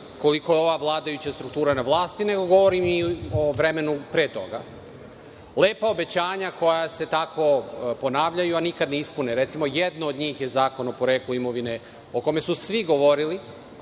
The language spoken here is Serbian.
koliko je ova vladajuća struktura na vlasti, nego govorim i o vremenu pre toga. Lepa obećanja koja se tako ponavljaju, a nikada ne ispune. Recimo, jedno od njih je zakon o poreklu imovine, o kome su svi govorili,